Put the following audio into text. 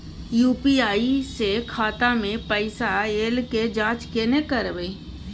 UPI स खाता मे पैसा ऐल के जाँच केने करबै?